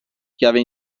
chiave